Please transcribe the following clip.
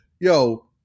yo